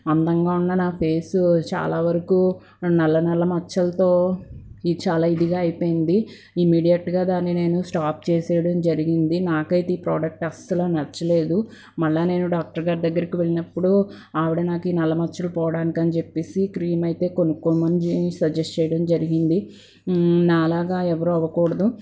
అందంగా ఉన్న నా ఫేసు చాలా వరకు నల్ల నల్ల మచ్చలతో ఇది చాలా ఇదిగా అయిపోయింది ఇమీడియట్గా దాన్ని నేను స్టాప్ చేసేయడం జరిగింది నాకైతే ఈ ప్రోడక్ట్ అస్సలు నచ్చలేదు మళ్ళీ నేను డాక్టర్ గారి దగ్గరికి వెళ్ళినప్పుడు ఆవిడ నాకు ఈ నల్ల మచ్చలు పోవడానికి అని చెప్పేసి క్రీమ్ అయితే కొనుక్కోమని సజెస్ట్ చేయడం జరిగింది నాలాగా ఎవరూ అవ్వకూడదు